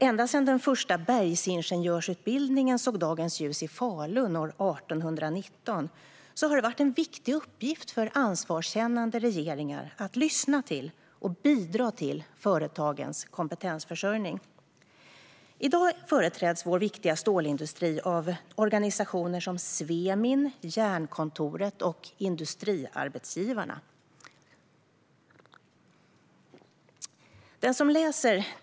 Ända sedan den första bergsingenjörsutbildningen såg dagens ljus i Falun 1819 har det varit en viktig uppgift för ansvarskännande regeringar att lyssna till och bidra till företagens kompetensförsörjning. I dag företräds vår viktiga stålindustri av organisationer som Svemin, Jernkontoret och Industriarbetsgivarna.